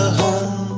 home